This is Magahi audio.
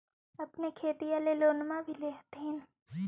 अपने खेतिया ले लोनमा भी ले होत्थिन?